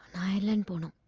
ireland but